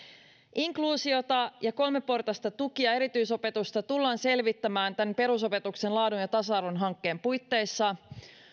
inkluusiota ja kolmeportaista tuki ja erityisopetusta tullaan selvittämään perusopetuksen laadun ja tasa arvon hankkeen puitteissa